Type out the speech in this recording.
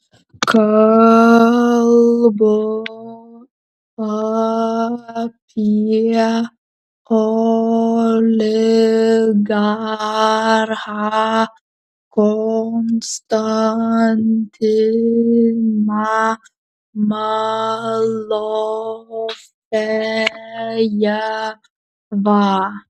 kalbu apie oligarchą konstantiną malofejevą